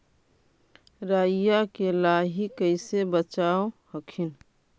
राईया के लाहि कैसे बचाब हखिन?